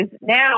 now